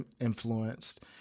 influenced